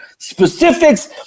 specifics